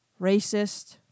racist